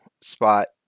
spot